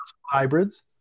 hybrids